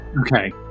Okay